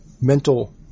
mental